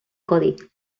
codi